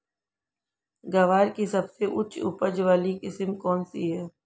ग्वार की सबसे उच्च उपज वाली किस्म कौनसी है?